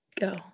go